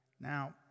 Now